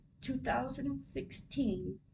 2016